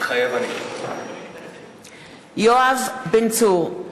מתחייב אני יואב בן צור,